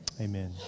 Amen